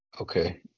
Okay